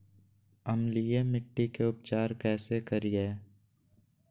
अम्लीय मिट्टी के उपचार कैसे करियाय?